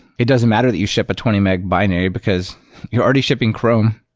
it doesn't matter that you ship a twenty meg binary, because you're already shipping chrome.